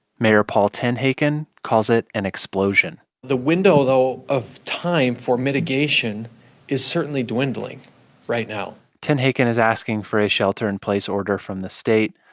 mayor paul tenhaken calls it an explosion the window, though, of time for mitigation is certainly dwindling right now tenhaken is asking for a shelter-in-place order from the state.